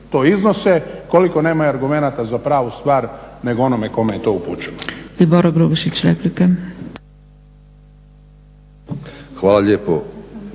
to iznose, koliko nemaju argumenata za pravu stvar nego o onome kome je to upućeno.